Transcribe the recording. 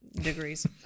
degrees